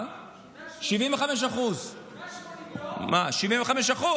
75%. 180 יום.